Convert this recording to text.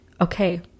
okay